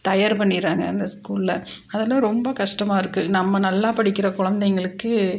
தயார் பண்ணிவிடுறாங்க அந்த ஸ்கூலில் அதெல்லாம் ரொம்ப கஷ்டமாக இருக்கு நம்ம நல்லா படிக்கிற குழந்தைங்களுக்கு